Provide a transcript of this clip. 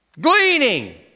Gleaning